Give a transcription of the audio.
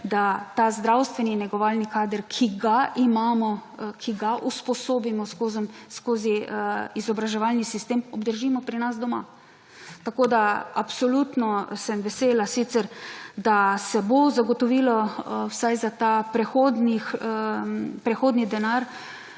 da ta zdravstveni in negovalni kader, ki ga imamo, ki ga usposobimo skozi izobraževalni sistem obdržimo pri nas doma. Absolutno sem vesela sicer, da se bo zagotovilo ta prehodni denar